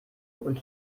und